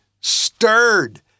stirred